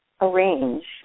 arrange